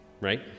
right